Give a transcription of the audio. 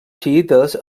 xiïtes